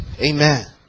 amen